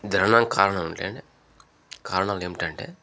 జరగడానికి కారణాలు ఏంటంటే కారణాలు ఏమిటంటే